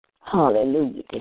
Hallelujah